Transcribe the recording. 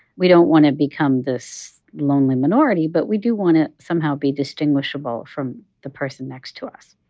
we don't want to become this lonely minority, but we do want to somehow be distinguishable from the person next to us.